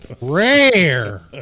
rare